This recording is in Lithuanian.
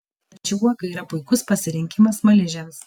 tad ši uoga yra puikus pasirinkimas smaližiams